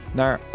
naar